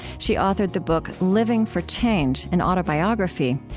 she authored the book living for change an autobiography.